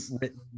written